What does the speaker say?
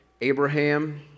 Abraham